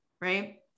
right